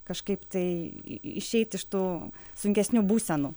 kažkaip tai išeit iš tų sunkesnių būsenų